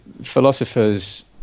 philosophers